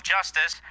Justice